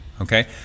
okay